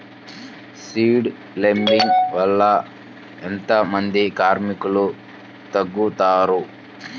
Seed లేంబింగ్ వల్ల ఎంత మంది కార్మికులు తగ్గుతారు?